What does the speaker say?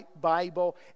Bible